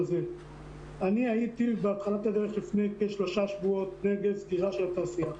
אני הייתי בהתחלת הדרך לפני כשלושה שבועות נגד סגירה של התעשייה,